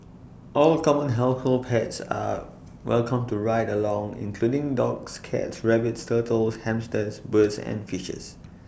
all common household pets are welcome to ride along including dogs cats rabbits turtles hamsters birds and fishes